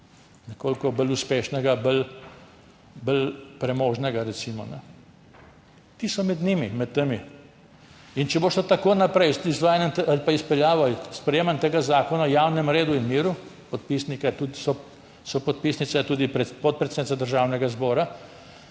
nekoliko bolj uspešnega, bolj premožnega, recimo. Ti so med njimi, med temi. In če bo šlo tako naprej z izvajanjem ali izpeljavo, sprejemanjem tega zakona o javnem redu in miru, sopodpisnica je tudi podpredsednica Državnega zbora,